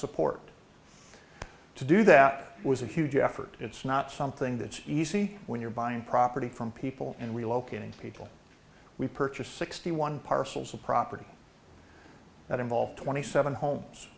support to do that it was a huge effort it's not something that's easy when you're buying property from people and relocating people we purchased sixty one parcels of property that involved twenty seven homes